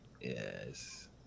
Yes